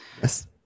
Yes